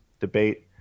debate